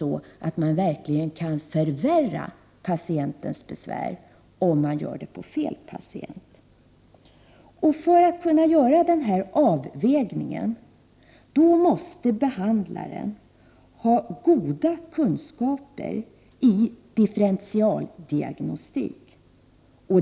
Man kan verkligen förvärra patientens besvär om handgreppen utförs på fel patient. För att kunna göra denna avvägning måste behandlaren ha goda kunskaper i differentialdiagnostik.